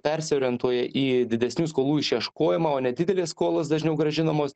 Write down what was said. persiorientuoja į didesnių skolų išieškojimą o nedidelės skolos dažniau grąžinamos